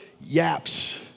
yaps